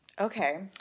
Okay